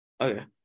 Okay